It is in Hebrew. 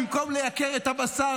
במקום לייקר את הבשר,